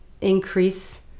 increase